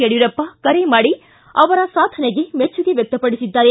ಯಡಿಯೂರಪ್ಪ ಕರೆ ಮಾಡಿ ಅವರ ಸಾಧನೆಗೆ ಮೆಚ್ಚುಗೆ ವ್ಯಕ್ತಪಡಿಸಿದ್ದಾರೆ